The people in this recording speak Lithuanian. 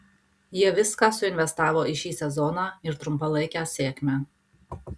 jie viską suinvestavo į šį sezoną ir trumpalaikę sėkmę